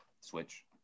switch